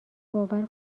باور